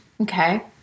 Okay